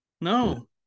no